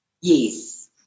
Yes